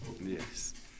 Yes